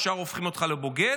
ישר הופכים אותך לבוגד,